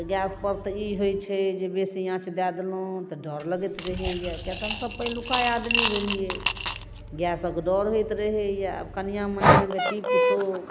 तऽ गैसपर तऽ ई होइ छै जे बेसी आँच दऽ देलहुँ तऽ डर लगैत रहैए किएक तऽ हमसब पहिलुका आदमी भेलिए गैसके डर होइत रहैए कनिआँ मनिआँ बेटी पुतौह